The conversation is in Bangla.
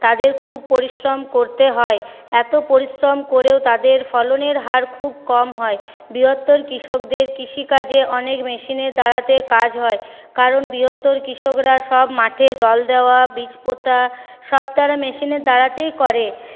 তাদের খুব পরিশ্রম করতে হয় এত পরিশ্রম করেও তাদের ফলনের হার খুব কম হয় বৃহত্তর কৃষকদের কৃষিকাজে অনেক মেশিনের দ্বারাতে কাজ হয় কারণ বৃহত্তর কৃষকরা সব মাঠে জল দেওয়া বীজ পোঁতা সব তারা মেশিনের দ্বারাতেই করে